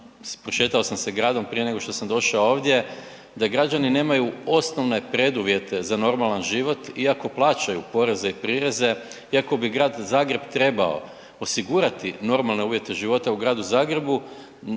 prošetao sam se gradom prije nego što sam došao ovdje, da građani nemaju osnovne preduvjete za normalan život iako plaćaju poreze i prireze, iako bi grad Zagreb trebao osigurati normalne uvjete života u gradu Zagrebu,